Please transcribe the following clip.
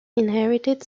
inherited